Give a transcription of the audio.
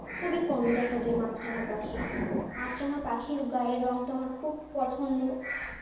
খুবই কমই দেখা যায় মাছরাঙা পাখি মাছরাঙা পাখির গায়ের রঙটা আমার খুব পছন্দ